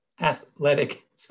athletic